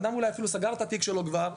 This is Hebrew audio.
הבן אדם אולי אפילו סגר את התיק שלו כבר,